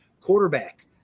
quarterback